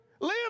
live